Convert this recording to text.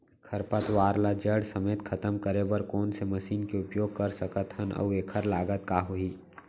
खरपतवार ला जड़ समेत खतम करे बर कोन से मशीन के उपयोग कर सकत हन अऊ एखर लागत का होही?